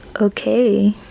okay